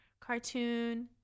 cartoon